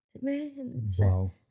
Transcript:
Wow